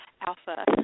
alpha